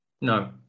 No